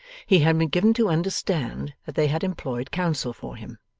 he had been given to understand that they had employed counsel for him.